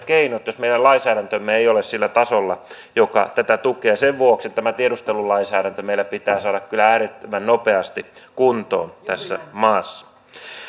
keinot jos meidän lainsäädäntömme ei ole sillä tasolla joka tätä tukee sen vuoksi tämä tiedustelulainsäädäntö meillä pitää saada kyllä äärettömän nopeasti kuntoon tässä maassa